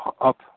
up